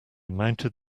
mounted